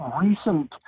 recent